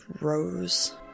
rose